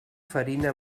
farina